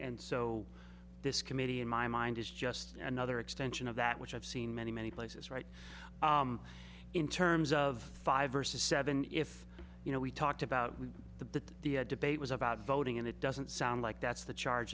and so this committee in my mind is just another extension of that which i've seen many many places right in terms of five versus seven if you know we talked about the debate was about voting and it doesn't sound like that's the charge